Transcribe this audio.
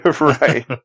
Right